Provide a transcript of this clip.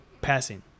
passing